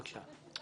בבקשה.